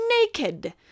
NAKED